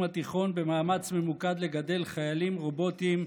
התיכון במאמץ ממוקד לגדל חיילים רובוטים,